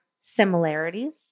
similarities